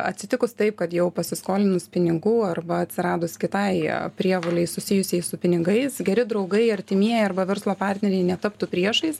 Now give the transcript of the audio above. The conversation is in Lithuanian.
atsitikus taip kad jau pasiskolinus pinigų arba atsiradus kitai prievolei susijusiai su pinigais geri draugai artimieji arba verslo partneriai netaptų priešais